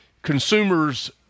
consumers